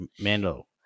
mando